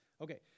Okay